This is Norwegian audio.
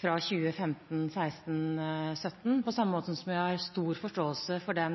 2015–2017, på samme måte som jeg har stor forståelse for den